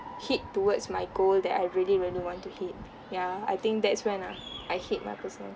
hit towards my goal that I really really want to hit ya I think that's when ah I hit my personal